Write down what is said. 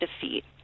defeat